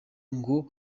ngo